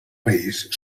país